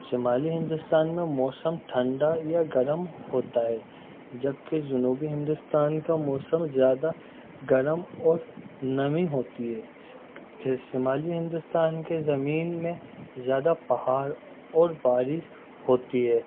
شمالی ہندوستان میں موسم ٹھنڈا یا گرم ہوتا ہے جبکہ جنوبی ہندوستان کا موسم زیادہ گرم اور نمی ہوتی ہے شمالی ہندوستان کے زمین میں زیادہ پہاڑ اور بارش ہوتی ہے